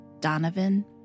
Donovan